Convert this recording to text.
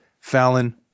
Fallon